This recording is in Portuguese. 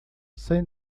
sem